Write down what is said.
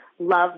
Love